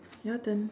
your turn